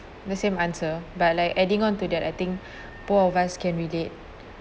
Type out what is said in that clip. the same answer but like adding onto that I think both of us can relate